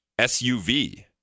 SUV